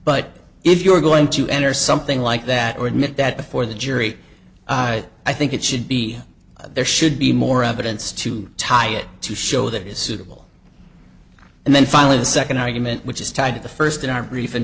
but if you're going to enter something like that or admit that before the jury i think it should be there should be more evidence to tie it to show that is suitable and then finally the second argument which is tied to the first in